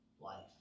life